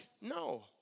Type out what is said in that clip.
no